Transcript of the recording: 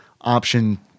option